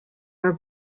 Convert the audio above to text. are